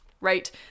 right